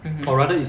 mmhmm